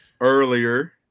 earlier